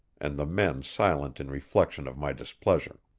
and the men silent in reflection of my displeasure.